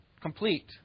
complete